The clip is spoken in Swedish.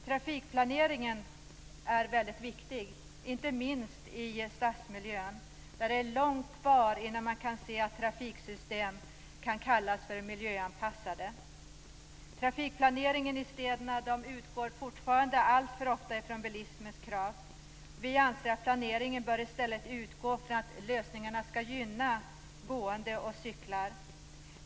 Trafikplaneringen är väldigt viktig, inte minst i stadsmiljön, där det är långt kvar innan trafiksystem kan kallas miljöanpassade. Trafikplaneringen i städerna utgår fortfarande alltför ofta från bilismens krav. Vi anser att planeringen i stället bör utgå från att lösningarna skall gynna gående och cyklister.